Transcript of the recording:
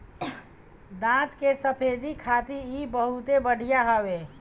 दांत के सफेदी खातिर इ बहुते बढ़िया हवे